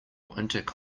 ballistic